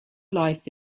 life